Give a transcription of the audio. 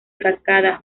cascada